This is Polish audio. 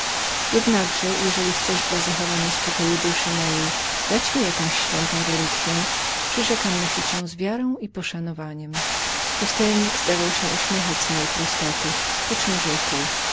jednakże jeżeli chcesz dla zachowania spokoju duszy mojej dać mi jaką świętą relikwiję przyrzekam nosić ją z wszelką wiarą i poszanowaniem pustelnik zdawał się uśmiechać z mojej prostoty poczem rzekł